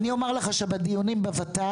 אני אומר לך שבדיונים בוות"ל,